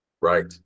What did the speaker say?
Right